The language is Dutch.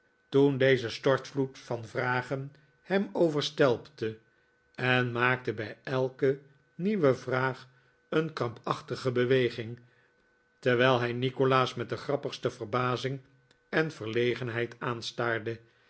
toen deze stortvloed van vragen hem overstelpte en maakte bij elke nieuwe vraag een krampachtige beweging terwijl hij nikolaas met de grappigste verbazing en verlegenheid aanstaarde